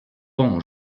bon